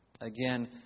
Again